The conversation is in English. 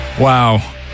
Wow